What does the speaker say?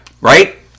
Right